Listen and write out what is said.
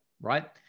right